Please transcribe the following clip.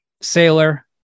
Sailor